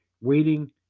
waiting